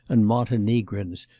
and montenegrins,